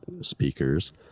speakers